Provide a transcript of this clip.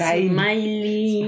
smiley